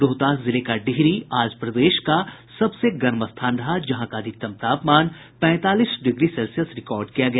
रोहतास जिले का डिहरी आज प्रदेश का सबसे गर्म स्थान रहा जहां का अधिकतम तापमान पैंतालीस डिग्री सेल्सियस रिकार्ड किया गया